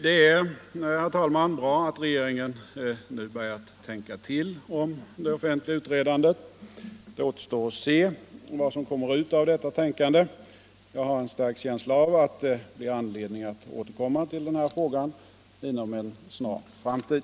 Det är, herr talman, bra att regeringen nu börjat tänka till om det offentliga utredandet. Det återstår att se vad som kommer ut av detta tänkande. Jag har en stark känsla av att vi får anledning att återkomma till denna fråga inom en snar framtid.